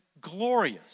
glorious